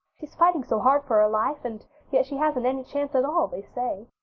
she's fighting so hard for her life, and yet she hasn't any chance at all, they say.